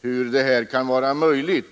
hur det kan vara möjligt att begå sådana skattebrott.